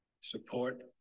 support